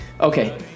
Okay